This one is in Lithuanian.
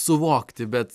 suvokti bet